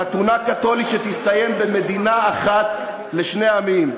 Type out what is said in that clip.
חתונה קתולית שתסתיים במדינה אחת לשני עמים.